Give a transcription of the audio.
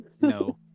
no